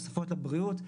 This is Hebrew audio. תוספות לבריאות.